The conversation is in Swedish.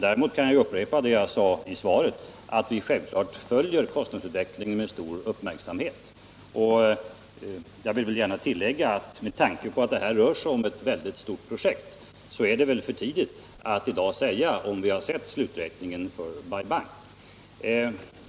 Däremot kan jag upprepa det jag sade i svaret, nämligen att vi självfallet följer kostnadsutvecklingen med stor uppmärksamhet. Jag vill gärna tillägga att det, med tanke på att det rör sig om ett mycket stort projekt, i dag är för tidigt att säga om vi har sett sluträkningen för Bai Bang.